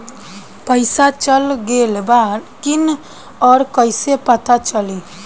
पइसा चल गेलऽ बा कि न और कइसे पता चलि?